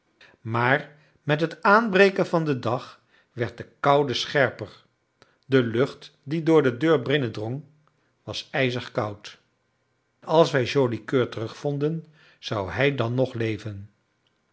maar met het aanbreken van den dag werd de koude scherper de lucht die door de deur binnendrong was ijzig koud als wij joli coeur terugvonden zou hij dan nog leven